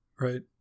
Right